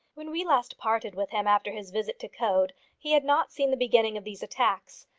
when we last parted with him after his visit to coed he had not seen the beginning of these attacks.